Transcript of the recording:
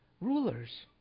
rulers